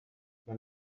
der